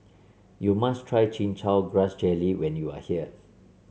you must try Chin Chow Grass Jelly when you are here